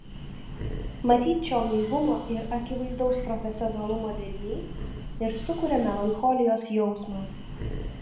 matyt šio naivumo ir akivaizdaus profesionalumo derinys ir sukuria melancholijos jausmą